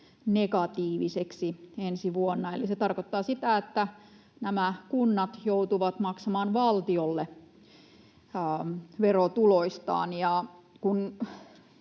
negatiivisiksi ensi vuonna, eli se tarkoittaa sitä, että nämä kunnat joutuvat maksamaan valtiolle verotuloistaan.